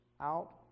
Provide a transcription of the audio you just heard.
out